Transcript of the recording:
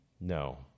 No